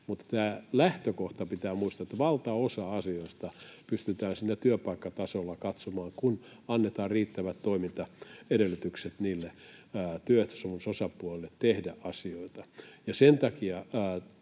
Mutta se lähtökohta pitää muistaa, että valtaosa asioista pystytään siellä työpaikkatasolla katsomaan, kun annetaan riittävät toimintaedellytykset niille työehtosopimusosapuolille tehdä asioita.